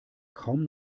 kaum